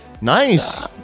Nice